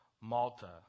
Malta